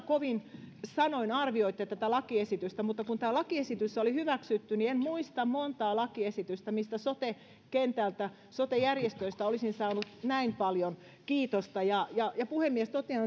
kovin sanoin arvioitte tätä lakiesitystä mutta kun lakiesitys oli hyväksytty niin en muista montaa lakiesitystä mistä sote kentältä sote järjestöistä olisin saanut näin paljon kiitosta puhemies totean